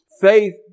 Faith